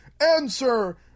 answer